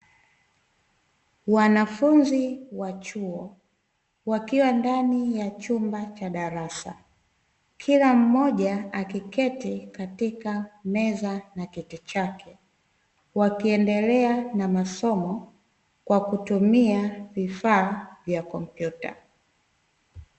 Wanafunzi wa chuo wakiwa ndani ya chumba cha darasa, kila mmoja akiketi katika meza na kiti chake, wakiendelea na masomo kwa kutumia vifaa vya kompyuta.